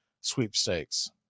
sweepstakes